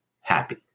happy